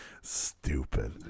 Stupid